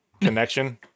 connection